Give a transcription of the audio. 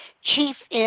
chief